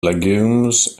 legumes